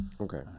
Okay